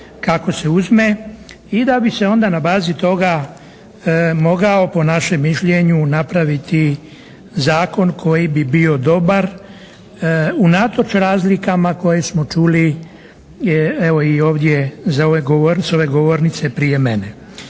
kako se uzme. I da bi se onda na bazi toga mogao po našem mišljenju napraviti zakon koji bi bio dobar, unatoč razlikama koje smo čuli evo i ovdje za ove govornice, ove